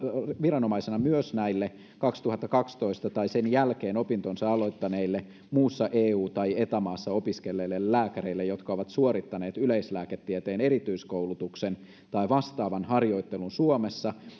viranomaisena myös näille kaksituhattakaksitoista tai sen jälkeen opintonsa aloittaneille muussa eu tai eta maassa opiskelleille lääkäreille jotka ovat suorittaneet yleislääketieteen erityiskoulutuksen tai vastaavan harjoittelun suomessa